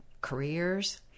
careers